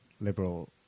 liberal